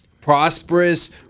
prosperous